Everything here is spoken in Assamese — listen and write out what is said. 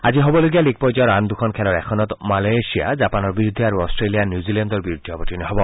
আজি হ'বলগীয়া লীগ পৰ্যায়ৰ আন দুখন খেলৰ এখনত মালয়েছিয়া জাপানৰ বিৰুদ্ধে আৰু অট্টেলিয়া নিউজিলেণ্ডৰ বিৰুদ্ধে অৱতীৰ্ণ হ'ব